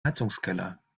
heizungskeller